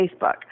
Facebook